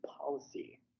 policy